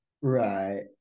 Right